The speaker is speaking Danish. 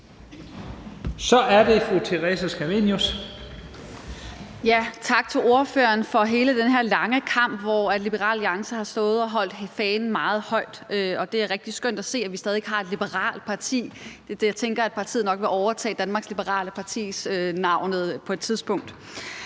Kl. 11:54 Theresa Scavenius (UFG): Tak til ordføreren for hele den her lange kamp, hvor Liberal Alliance har stået og holdt fanen meget højt. Det er rigtig skønt at se, at vi stadig væk har et liberalt parti, og jeg tænker, at partiet nok vil overtage Danmarks Liberale Parti-navnet på et tidspunkt.